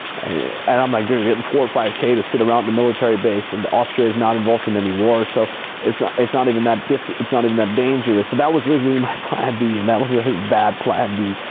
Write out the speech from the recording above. and i'm like, dude, we're getting four or five k to sit around in the military base and austria is not involved in any war. so it's ah it's not even that diff, it's not even that dangerous. so that was literally my plan b and that was a bad plan b.